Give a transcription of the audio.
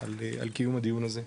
על קיום הדיון הזה,